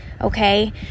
okay